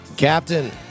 Captain